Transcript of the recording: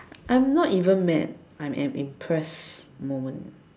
I'm not even mad I am impressed moment